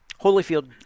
Holyfield